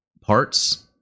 parts